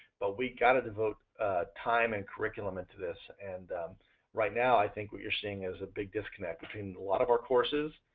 but we've got to devote time and curriculum into this. and right now i think what you're seeing is a big disconnect between a lot of our courses,